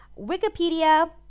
wikipedia